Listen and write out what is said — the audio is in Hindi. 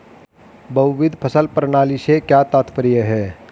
बहुविध फसल प्रणाली से क्या तात्पर्य है?